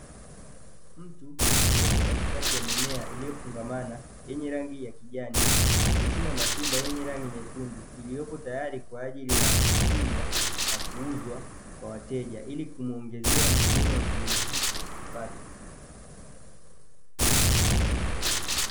Mtu aliyepo katikati ya mimea iliyofungamana yenye rangi ya kijani, akichuma matunda yenye rangi nyekundu, iliyopo tayari kwa ajili ya kuchumwa na kuuzwa kwa wateja, ili kumuongezea mkulima wa kilimo hicho kipato.